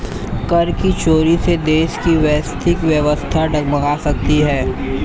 कर की चोरी से देश की आर्थिक व्यवस्था डगमगा सकती है